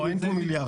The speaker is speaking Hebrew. אין פה מיליארדים.